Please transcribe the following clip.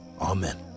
Amen